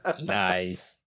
Nice